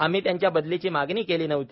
आम्ही त्यांच्या बदलीची मागणी केली नव्हती